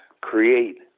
create